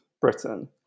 Britain